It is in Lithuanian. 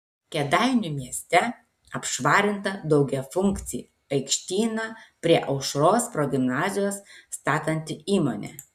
kėdainių mieste apšvarinta daugiafunkcį aikštyną prie aušros progimnazijos statanti įmonė